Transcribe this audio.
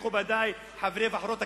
מכובדי חברות וחברי הכנסת,